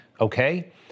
Okay